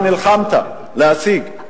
ונלחמת להשיג,